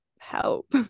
help